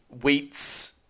Wheats